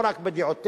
לא רק בדעותיהם,